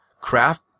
craft